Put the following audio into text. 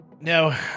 No